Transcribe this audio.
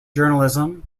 journalism